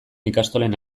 ikastolen